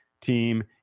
team